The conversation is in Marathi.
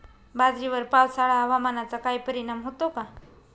बाजरीवर पावसाळा हवामानाचा काही परिणाम होतो का?